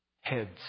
heads